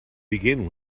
begin